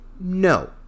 no